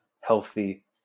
healthy